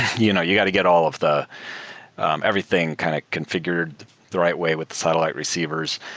you know you got to get all of the everything kind of configured the right way with the satellite receivers.